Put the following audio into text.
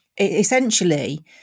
essentially